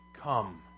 come